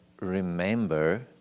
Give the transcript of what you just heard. remember